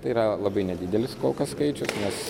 tai yra labai nedidelis kol kas skaičius nes